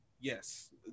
Yes